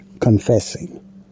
confessing